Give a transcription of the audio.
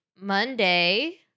Monday